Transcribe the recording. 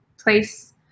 place